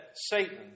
Satan